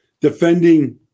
defending